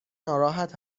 ناراحت